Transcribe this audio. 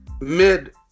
mid